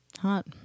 Hot